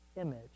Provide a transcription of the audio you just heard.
image